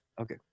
Okay